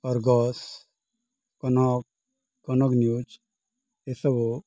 Argus Kanak Kanak news ଏସବୁ